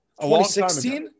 2016